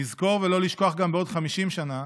לזכור ולא לשכוח גם בעוד 50 שנה